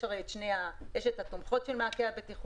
יש הרי את התומכות של מעקה הבטיחות,